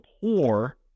poor